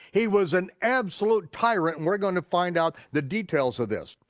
he was an absolute tyrant and we're gonna find out the details of this.